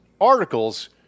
articles